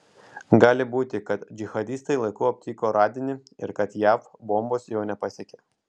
gali būti kad džihadistai laiku aptiko radinį ir kad jav bombos jo nepasiekė